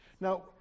Now